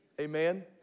amen